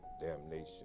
damnation